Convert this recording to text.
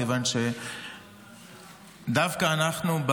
כיוון שדווקא אנחנו,